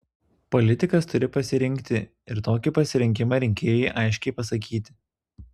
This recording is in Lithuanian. politikas turi pasirinkti ir tokį pasirinkimą rinkėjui aiškiai pasakyti